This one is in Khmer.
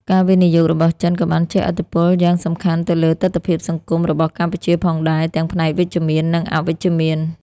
ការវិនិយោគរបស់ចិនក៏បានជះឥទ្ធិពលយ៉ាងសំខាន់ទៅលើទិដ្ឋភាពសង្គមរបស់កម្ពុជាផងដែរ ទាំងផ្នែកវិជ្ជមាន និងអវិជ្ជមាន។